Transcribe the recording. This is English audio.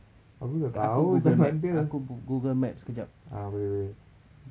aku google map aku google map sekejap